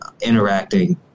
interacting